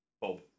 Bob